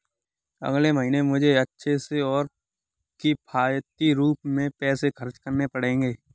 अगले महीने मुझे अच्छे से और किफायती रूप में पैसे खर्च करने पड़ेंगे